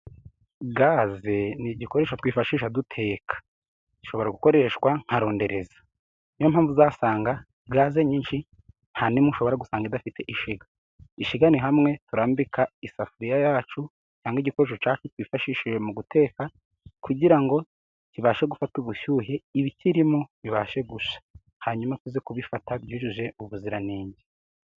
Gaze ni igikoresho twifashisha duteka, gishobora gukoreshwa nka rondereza, niyo mpamvu uzasanga gaze nyinshi nta n'imwe ushobora gusanga idafite ishyiga. Ishyiga ni hamwe turambika isafuriya yacu cyangwa igikoresho cyacu twifashishije mu guteka kugira ngo kibashe gufata ubushyuhe ibikirimo bibashe gushya, hanyuma tuze kubifata byujuje ubuziranenge.